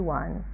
one